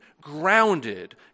grounded